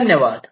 धन्यवाद